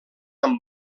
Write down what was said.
amb